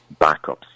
backups